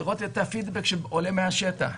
לראות את הפידבק שעולה מהשטח,